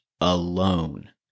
alone